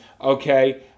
okay